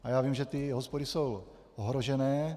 A já vím, že ty hospody jsou ohrožené.